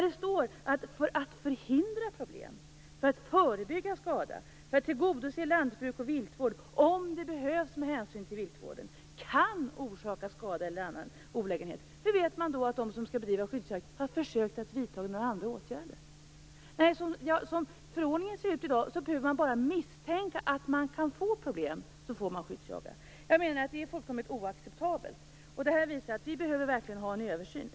Det står: för att förhindra problem, för att förebygga skada, för att tillgodose lantbruk och viltvård, om det behövs med hänsyn till viltvården, kan orsaka skada eller annan olägenhet. Hur vet man då att de som skall bedriva skyddsjakt har försökt att vidta några andra åtgärder? Som förordningen ser ut i dag behöver man bara misstänka att man kan få problem för att få skyddsjaga. Det är fullkomligt oacceptabelt. Det här visar att vi verkligen behöver ha en översyn.